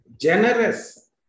generous